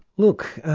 look,